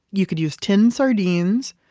you could use tin sardines.